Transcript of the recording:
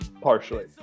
partially